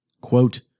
Quote